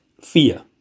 fear